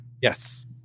Yes